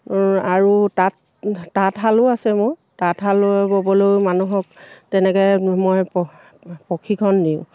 আৰু তাঁত তাঁতশালো আছে মোৰ তাঁতশাল ব'বলৈও মানুহক তেনেকৈ মই প প্ৰশিক্ষণ দিওঁ